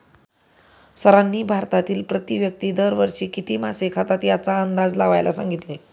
सरांनी भारतातील प्रति व्यक्ती दर वर्षी किती मासे खातात याचा अंदाज लावायला सांगितले?